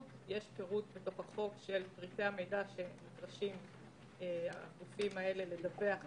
פירוט בתוך החוק של פרטי המידע שנדרשים הגופים האלה לדווח לוועדה.